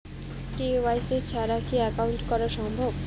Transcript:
KYC ছাড়া কি account করা সম্ভব?